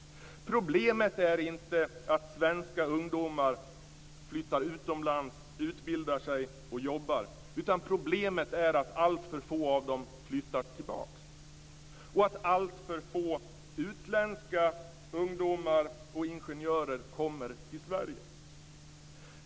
Problemet är inte att svenska ungdomar flyttar utomlands, utbildar sig och jobbar, utan problemet är att alltför få av dem flyttar tillbaks och att alltför få utländska ungdomar och ingenjörer kommer till Sverige.